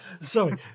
Sorry